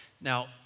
Now